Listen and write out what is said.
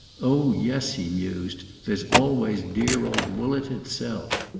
oh yes, he mused there's always dear old woollett itself.